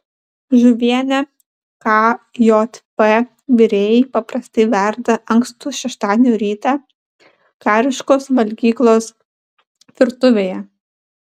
žuvienę kjp virėjai paprastai verda ankstų šeštadienio rytą kariškos valgyklos virtuvėje